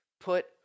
put